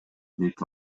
дейт